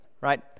right